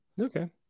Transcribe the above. Okay